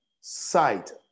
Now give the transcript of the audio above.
sight